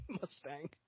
Mustang